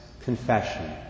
Confession